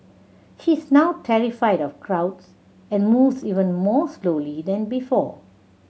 she is now terrified of crowds and moves even more slowly than before